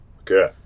Okay